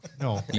No